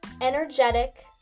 energetic